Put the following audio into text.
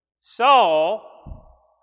Saul